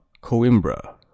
Coimbra